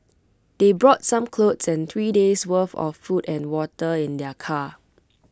they brought some clothes and three days' worth of food and water in their car